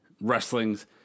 Wrestling's